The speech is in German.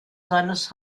seines